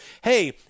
hey